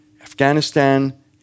Afghanistan